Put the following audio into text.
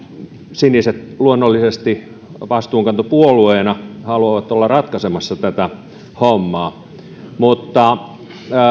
siniset luonnollisesti vastuunkantopuolueena haluavat olla ratkaisemassa tätä hommaa mutta